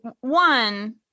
One